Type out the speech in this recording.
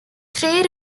three